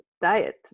diet